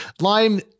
Lime